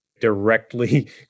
directly